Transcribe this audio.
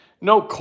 no